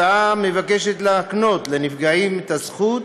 מוצע בה להקנות לנפגעים את הזכות